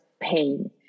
pain